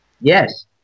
Yes